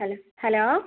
ഹൽ ഹലോ